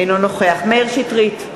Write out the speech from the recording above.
אינו נוכח מאיר שטרית,